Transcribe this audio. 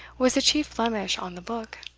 was the chief blemish on the book.